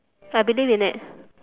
I believe in it